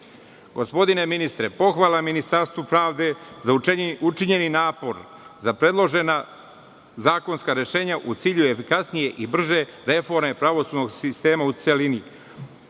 zakona. Gospodine ministre, pohvala ministarstvu pravde za učinjeni napor, za predložena zakonska rešenja u cilju efikasnije i brže reforme pravosudnog sistema u celini. Ove